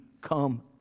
come